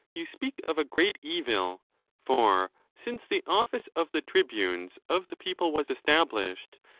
you speak of a great evil for since the office of the tribunes of the people was established,